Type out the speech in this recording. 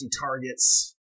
targets